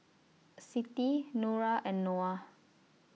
Siti Nura and Noah